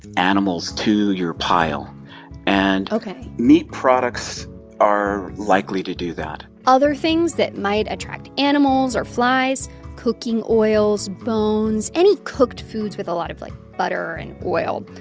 animals to your pile? and ok and meat products are likely to do that other things that might attract animals or flies cooking oils, bones, any cooked foods with a lot of, like, butter and oil.